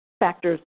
factors